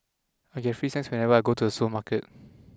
I get free snacks whenever I go to the supermarket